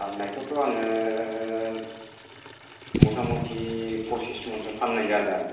फाननायखौथ' आङो मथामथि पसिछ मनसो फाननाय जादों आरो